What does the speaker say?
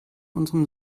unserem